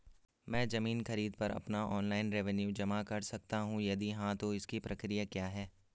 मैं ज़मीन खरीद पर अपना ऑनलाइन रेवन्यू जमा कर सकता हूँ यदि हाँ तो इसकी प्रक्रिया क्या है?